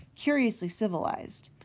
curiously civilized.